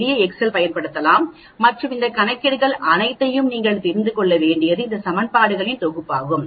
எளிய எக்செல் பயன்படுத்தலாம் மற்றும் இந்த கணக்கீடுகள் அனைத்தையும் நீங்கள் தெரிந்து கொள்ள வேண்டியது இந்த சமன்பாடுகளின் தொகுப்பாகும்